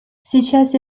сейчас